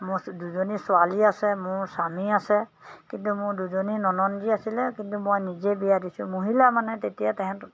মোৰ ছ দুজনী ছোৱালী আছে মোৰ স্বামী আছে কিন্তু মোৰ দুজনী ননন্দী আছিলে কিন্তু মই নিজে বিয়া দিছোঁ মহিলা মানে তেতিয়া তাহাঁত